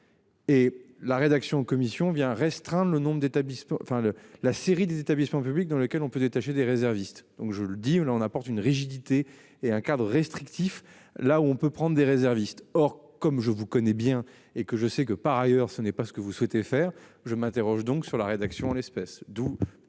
le nombre d'établissements. Enfin le la série des établissements publics dans lesquels on peut détacher des réservistes. Donc je le dis là on apporte une rigidité et un cadre restrictif, là où on peut prendre des réservistes. Or, comme je vous connais bien et que je sais que, par ailleurs, ce n'est pas ce que vous souhaitez faire. Je m'interroge donc sur la rédaction en espèce d'où.